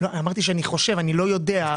אמרתי שאני חושב, אני לא יודע.